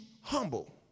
humble